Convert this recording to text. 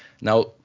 Now